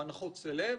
הנחות סלב.